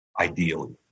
ideally